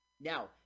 Now